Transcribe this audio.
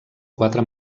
quatre